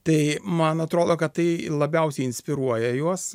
tai man atrodo kad tai labiausiai inspiruoja juos